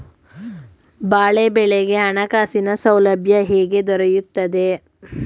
ಬಾಳೆ ಬೆಳೆಗೆ ಹಣಕಾಸಿನ ಸೌಲಭ್ಯ ಹೇಗೆ ದೊರೆಯುತ್ತದೆ?